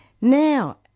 Now